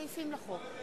יריב